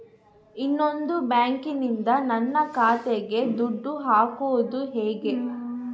ಇನ್ನೊಂದು ಬ್ಯಾಂಕಿನಿಂದ ನನ್ನ ಖಾತೆಗೆ ದುಡ್ಡು ಹಾಕೋದು ಹೇಗೆ?